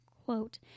Quote